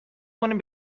کنیم